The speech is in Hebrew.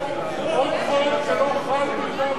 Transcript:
עוד חוק שלא חל ביהודה ושומרון.